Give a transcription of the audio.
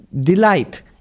delight